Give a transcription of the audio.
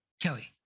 Kelly